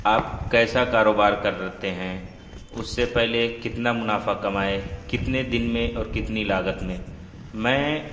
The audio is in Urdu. آپ کیسا کاروبار کرتے ہیں اس سے پہلے کتنا منافع کمائے کتنے دن میں اور کتنی لاگت میں میں